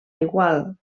igual